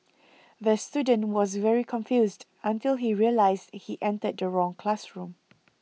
the student was very confused until he realised he entered the wrong classroom